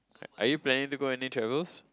are you planning to go any travels